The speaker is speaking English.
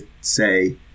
say